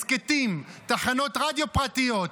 הסכתים, תחנות רדיו פרטיות,